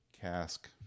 cask